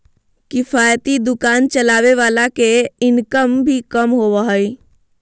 किफायती दुकान चलावे वाला के इनकम भी कम होबा हइ